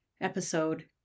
episode